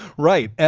right.